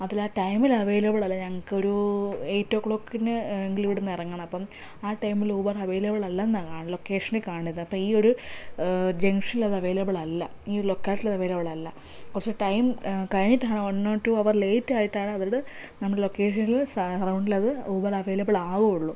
അതിലാ ടൈമിൽ അവൈലബിൾ അല്ല ഞങ്ങൾക്ക് ഒരു എയിറ്റ് ഓ ക്ലോക്കിന് എങ്കിലും ഇവിടുന്ന് ഇറങ്ങണം അപ്പം ആ ടൈമിൽ ഊബറ് അവൈലബിളല്ലെന്നാ ലൊക്കേഷനിൽ കാണുന്നത് അപ്പം ഈ ഒരു ജംങ്ഷനിൽ അത് അവൈലബിളല്ല ഈ ഒരു ലൊക്കാലിറ്റീല് അവൈലബിളല്ല പക്ഷെ ടൈം കഴിഞ്ഞിട്ട് വൺ നോട്ട് ടു അവർ ലേറ്റായിട്ടാണ് അവർ നമ്മുടെ ലൊക്കേഷനിൽ സറൗണ്ടിലത് ഊബറ് അവൈലബിളാകുവൊള്ളൂ